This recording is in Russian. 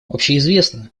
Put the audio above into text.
общеизвестно